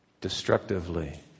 destructively